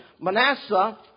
Manasseh